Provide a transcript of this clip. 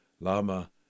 lama